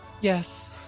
Yes